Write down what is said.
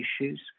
issues